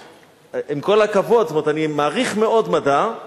עם כל הכבוד, זאת אומרת, אני מעריך מאוד מדע,